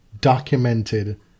documented